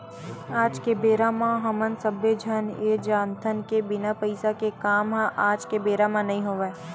आज के बेरा म हमन सब्बे झन ये जानथन के बिना पइसा के काम ह आज के बेरा म नइ होवय